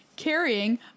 carrying